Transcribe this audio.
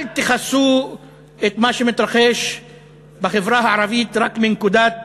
אל תכסו את מה שמתרחש בחברה הערבית רק מנקודת